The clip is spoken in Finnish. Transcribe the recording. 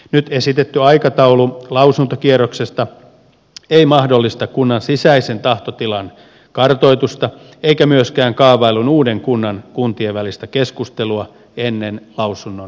nyt esitetty aikataulu lausuntokierroksesta ei mahdollista kunnan sisäisen tahtotilan kartoitusta eikä myöskään kaavaillun uuden kunnan kuntien välistä keskustelua ennen lausunnon määräaikaa